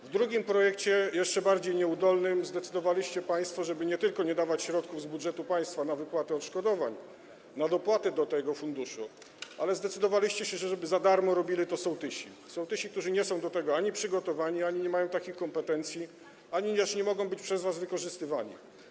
W drugim projekcie, jeszcze bardziej nieudolnym, zdecydowaliście państwo, żeby nie tylko nie dawać środków z budżetu państwa na wypłatę odszkodowań, na dopłatę do tego funduszu, ale zdecydowaliście, żeby za darmo robili to sołtysi, którzy nie są do tego przygotowani ani nie mają takich kompetencji i nie mogą być przez was wykorzystywani.